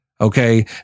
Okay